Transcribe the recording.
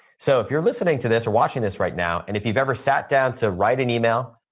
so, if you're listening to this or watching this right now, and if you've ever sat down to write an email,